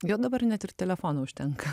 gal dabar net ir telefono užtenka